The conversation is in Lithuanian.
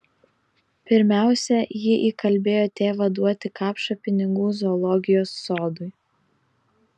pirmiausia ji įkalbėjo tėvą duoti kapšą pinigų zoologijos sodui